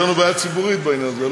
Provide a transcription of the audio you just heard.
יש לנו בעיה ציבורית בעניין הזה,